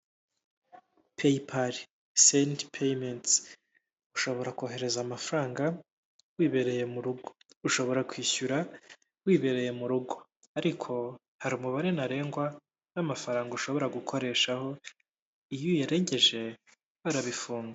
Peyipare sendi peyimenti, ushobora kohereza amafaranga wibereye mu rugo, ushobora kwishyura wibereye mu rugo, ariko hari umubare ntarengwa w'amafaranga ushobora gukoreshaho, iyo uyarengeje barabifunga.